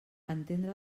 entendre